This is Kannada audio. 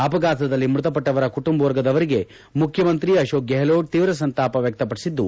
ಅಪಘಾತದಲ್ಲಿ ಮೃತಪಟ್ಟವರ ಕುಟುಂಬವರ್ಗದವರಿಗೆ ಮುಖ್ಯಮಂತ್ರಿ ಅಶೋಕ್ ಗೆಹ್ಲೋಟ್ ತೀವ್ರ ಸಂತಾಪ ವ್ಯಕ್ತಪಡಿಸಿದ್ದು